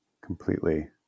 completely